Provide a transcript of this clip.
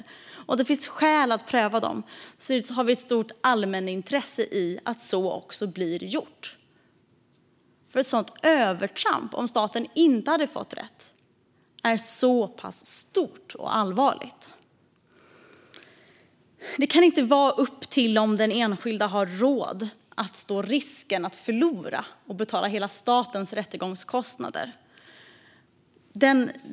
Och om det finns skäl att pröva dem har vi ett stort allmänintresse i att så också blir gjort. Ett sådant övertramp, om staten inte hade fått rätt, är så pass stort och allvarligt. Det kan inte vara upp till om den enskilde har råd att stå risken att förlora och betala statens rättegångskostnader.